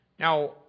Now